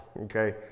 okay